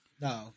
no